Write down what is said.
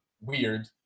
weird